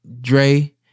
Dre